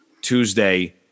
Tuesday